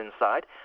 inside